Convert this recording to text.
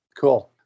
cool